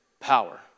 power